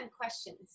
questions